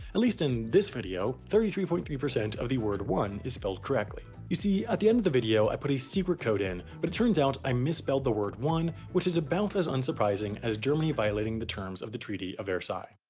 at least in this video, thirty three point three of the word one is spelled correctly you see, at the end of the video i put a secret code in but it turns out i misspelled the word, one, which is about as unsurprising as germany violating the terms of the treaty of versailles.